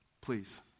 please